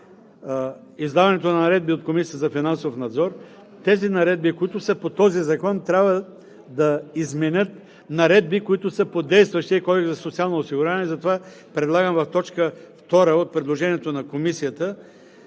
издаването на наредби от Комисията за финансов надзор, тези наредби, които са по този закон, трябва да изменят наредби, които са по действащия Кодекс за социално осигуряване. Затова предлагам в т. 2 от предложението на Комисията